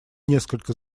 несколько